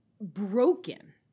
broken